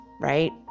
Right